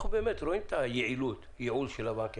אנחנו רואים את הייעול של הבנקים.